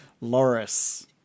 Loris